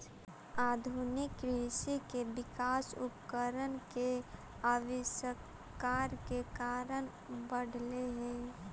आधुनिक कृषि के विकास उपकरण के आविष्कार के कारण बढ़ले हई